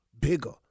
bigger